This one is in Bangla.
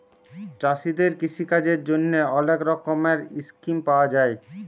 চাষীদের কিষিকাজের জ্যনহে অলেক রকমের ইসকিম পাউয়া যায়